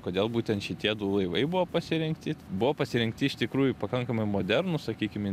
kodėl būtent šitie du laivai buvo pasirinkti buvo pasirinkti iš tikrųjų pakankamai modernūs sakykim